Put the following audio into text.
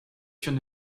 une